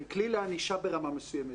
הם כלי לענישה ברמה מסוימת,